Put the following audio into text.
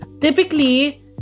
typically